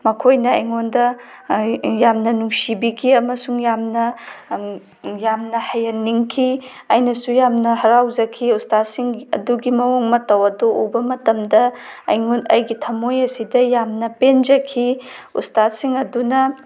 ꯃꯈꯣꯏꯅ ꯑꯩꯉꯣꯟꯗ ꯌꯥꯝꯅ ꯅꯨꯡꯁꯤꯕꯤꯈꯤ ꯑꯃꯁꯨꯡ ꯌꯥꯝꯅ ꯌꯥꯝꯅ ꯍꯩꯍꯟꯅꯤꯡꯈꯤ ꯑꯩꯅꯁꯨ ꯌꯥꯝꯅ ꯍꯔꯥꯎꯖꯈꯤ ꯎꯁꯇꯥꯠꯁꯤꯡ ꯑꯗꯨꯒꯤ ꯃꯑꯣꯡ ꯃꯇꯧ ꯑꯗꯣ ꯎꯕ ꯃꯇꯝꯗ ꯑꯩꯒꯤ ꯊꯝꯃꯣꯏ ꯑꯁꯤꯗ ꯌꯥꯝꯅ ꯄꯦꯟꯖꯈꯤ ꯎꯁꯇꯥꯠꯁꯤꯡ ꯑꯗꯨꯅ